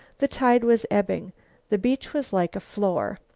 the tide was ebbing the beach was like a floor.